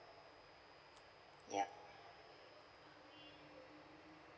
yup